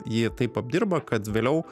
jį taip apdirba kad vėliau